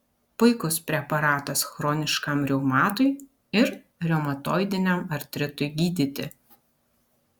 puikus preparatas chroniškam reumatui ir reumatoidiniam artritui gydyti